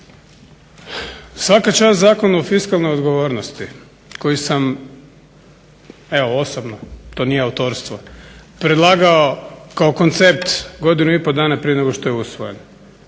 Svaka čast Zakonu o fiskalnoj odgovornosti koji sam evo osobno, to nije autorstvo predlagao kao koncept godinu i pol dana prije nego što je usvojen.